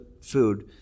food